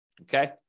okay